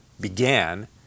began